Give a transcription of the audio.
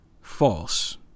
false